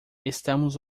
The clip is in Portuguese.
estamos